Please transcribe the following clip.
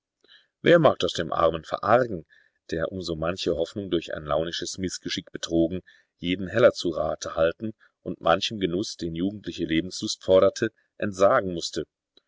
wer mag das dem armen verargen der um so manche hoffnung durch ein launisches mißgeschick betrogen jeden heller zu rate halten und manchem genuß den jugendliche lebenslust foderte entsagen mußte